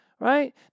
Right